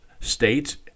states